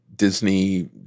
disney